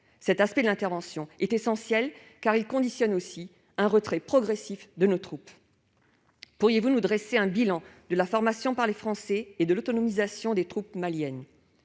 Cet aspect de l'intervention est essentiel aussi parce qu'il conditionne un retrait progressif de nos troupes. Pourriez-vous dresser un bilan de la formation par les Français et de l'autonomisation des troupes maliennes ?